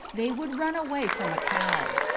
they would run away from a cow.